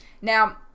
now